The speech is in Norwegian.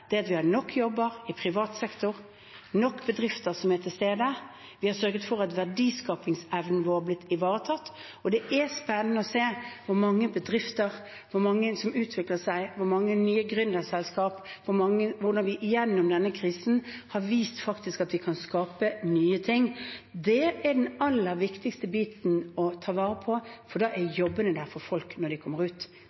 at vi har nok jobber i privat sektor, nok bedrifter som er til stede, at vi har sørget for at verdiskapingsevnen vår har blitt ivaretatt. Det er spennende å se hvor mange bedrifter som utvikler seg, hvor mange nye gründerselskap det blir, og hvordan vi gjennom denne krisen har vist at vi kan skape nye ting. Det er den aller viktigste biten å ta vare på, for da er